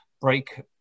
break